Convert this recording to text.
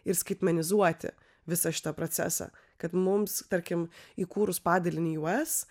ir skaitmenizuoti visą šitą procesą kad mums tarkim įkūrus padalinį us